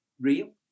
real